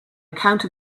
account